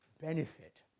benefit